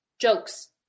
Jokes